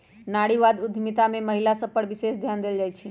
नारीवाद उद्यमिता में महिला सभ पर विशेष ध्यान देल जाइ छइ